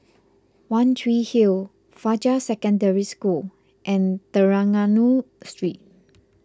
one Tree Hill Fajar Secondary School and Trengganu Street